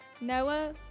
Noah